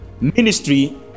ministry